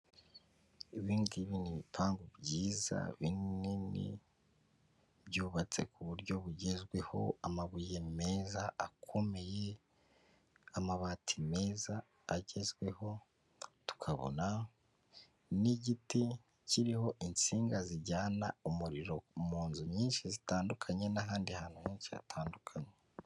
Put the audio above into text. Ibi ngibi ni ibipangu byiza binini byubatse ku buryo bugezweho, amabuye meza akomeye amabati meza agezweho, tukabona n'igiti kiriho insinga zijyana umuriro mu nzu nyinshi zitandukanye n'ahandi hantu henshi hatandukanye.